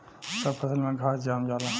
सब फसल में घास जाम जाला